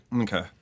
Okay